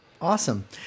Awesome